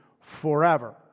forever